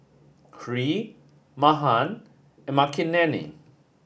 Hri Mahan and Makineni